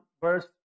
verse